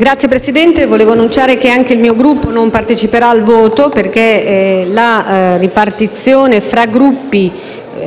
Signor Presidente, desidero annunciare che anche il mio Gruppo non parteciperà al voto, perché la ripartizione tra Gruppi